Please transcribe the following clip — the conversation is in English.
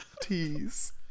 tease